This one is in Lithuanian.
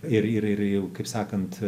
ir ir jau kaip sakant